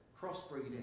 crossbreeding